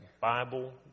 Bible